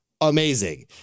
amazing